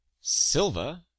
Silver